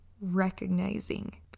recognizing